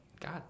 God